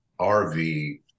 RV